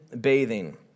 bathing